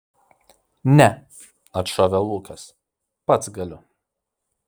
ne atšovė lukas pats galiu